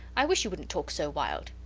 i wish you wouldnt talk so wild.